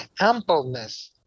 ampleness